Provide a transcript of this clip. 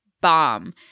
bomb